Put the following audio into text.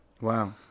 Wow